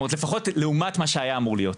לפחות לעומת מה שהיה אמור להיות.